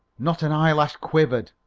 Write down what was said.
not an eyelash quivered,